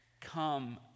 come